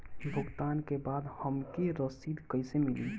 भुगतान के बाद हमके रसीद कईसे मिली?